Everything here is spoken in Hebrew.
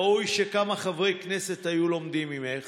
ראוי שכמה חברי כנסת היו לומדים ממך.